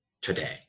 today